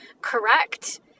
correct